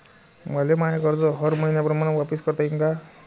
मले माय कर्ज हर मईन्याप्रमाणं वापिस करता येईन का?